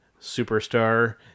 superstar